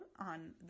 on